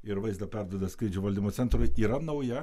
ir vaizdą perduoda skrydžių valdymo centrui yra nauja